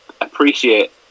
appreciate